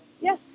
yes